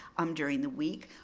um during the week.